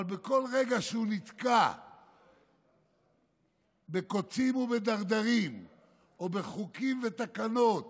אבל בכל רגע שהוא נתקע בקוצים ובדרדרים או בחוקים ותקנות